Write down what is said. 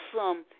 awesome